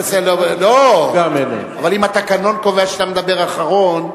לא, אבל אם התקנון קובע שאתה מדבר אחרון,